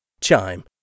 Chime